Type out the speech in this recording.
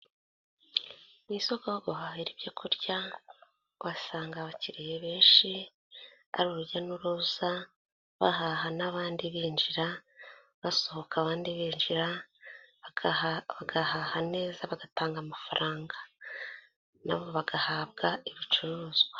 Mu isoko aho guhahira ibyo kurya uhasanga abakiriya benshi ari urujya n'uruza bahaha n'abandi binjira basohoka abandi binjira bagahaha neza bagatanga amafaranga nabo bagahabwa ibicuruzwa.